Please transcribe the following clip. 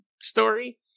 story